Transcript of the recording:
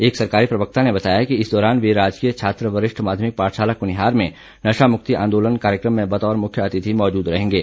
एक सरकारी प्रवक्ता ने बताया कि इस दौरान वे राजकीय छात्र वरिष्ठ माध्यमिक पाठशाला कुनिहार में नशामुक्ति आंदोलन कार्यक्रम में बतौर मुख्य अतिथि मौजूद रहेंगे